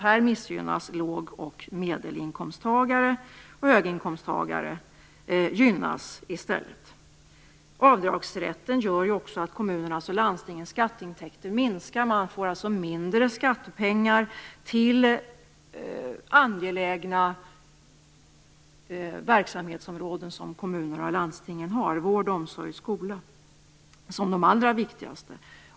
Här missgynnas låg och medelinkomsttagare. Höginkomsttagare gynnas i stället. Avdragsrätten gör också att kommunernas och landstingens skatteintäkter minskar. Man får alltså mindre skattepengar till angelägna verksamhetsområden som kommuner och landstingen har. Vård, omsorg och skola är de allra viktigaste.